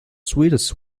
sweetest